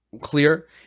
clear